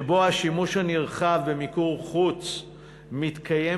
שבו השימוש הנרחב במיקור חוץ מתקיים,